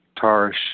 Tarsh